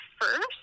first